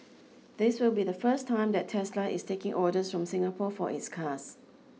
this will be the first time that Tesla is taking orders from Singapore for its cars